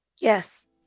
Yes